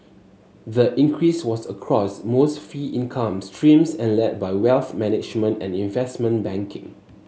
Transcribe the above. the increase was across most fee income streams and led by wealth management and investment banking